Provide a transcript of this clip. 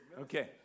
Okay